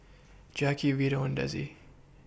Jacki Vito and Dezzie